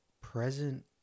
present